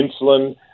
insulin